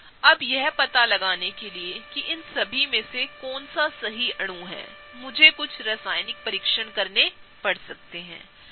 अब यह पता लगाने के लिए कि इन सभी में से कौन सा सही अणु है मुझेकुछ रासायनिक परीक्षण करनेपड़ सकतेहैं